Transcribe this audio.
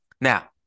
Now